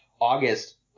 August